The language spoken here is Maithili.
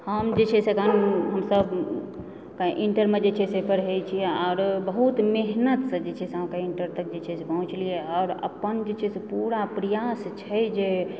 हम जे छै से अखन हमसब इण्टरमे जे छै से पढ़ैत छी आओर बहुत मेहनतसँ जे छै से अहाँकेँ इण्टर तक जे छै से पहुँचलिऐ आओर अपन जे छै से पूरा प्रयास छै जे